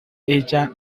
ella